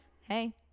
Hey